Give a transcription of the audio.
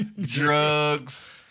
drugs